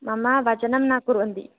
मम वचनं न कुर्वन्ति